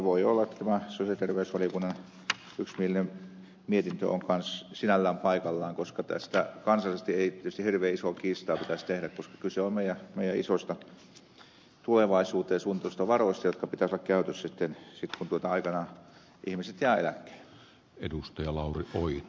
voi olla että tämä sosiaali ja terveysvaliokunnan yksimielinen mietintö on kanssa sinällään paikallaan koska tästä kansallisesti ei tietysti hirveän isoa kiistaa pitäisi tehdä koska kyse on meidän isoista tulevaisuuteen suunnatuista varoista joiden pitäisi olla käytössä sitten kun aikanaan ihmiset jäävät eläkkeelle